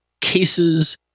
cases